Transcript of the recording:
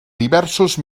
diversos